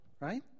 right